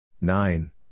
Nine